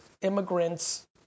immigrants